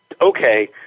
okay